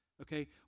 Okay